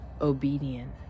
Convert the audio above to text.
obedient